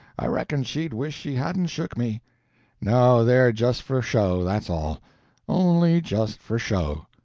i reckon she'd wish she hadn't shook me no, they're just for show, that's all only just for show.